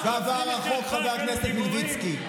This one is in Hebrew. תודה רבה, חבר הכנסת חנוך מלביצקי.